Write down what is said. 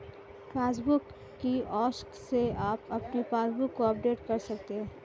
passbook kiosk से आप अपने पासबुक को अपडेट कर सकते हैं